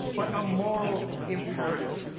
but a moral imperative.